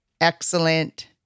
excellent